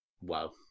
Wow